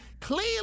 Clearly